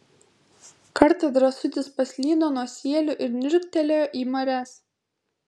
kartą drąsutis paslydo nuo sielių ir niurktelėjo į marias